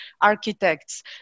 architects